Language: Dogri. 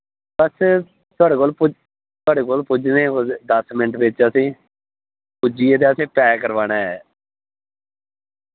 बस थोआड़े कोल पुज थोआड़े कोल पुज्जने कोई दस मिंट विच असी पुज्जिये ते असी पैक करवाना ऐ